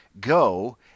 go